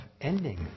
ending